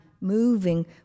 moving